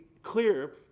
clear